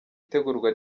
itegurwa